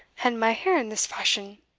and my hair in this fashion?